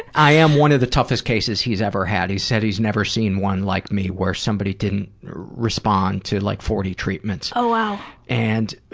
i am one of the toughest cases he's ever had. he said he's never seen one like me where somebody didn't respond to like forty treatments. oh wow. and